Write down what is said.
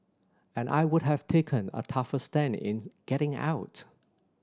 and I would have taken a tougher stand in getting out